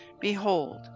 Behold